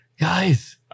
Guys